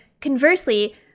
Conversely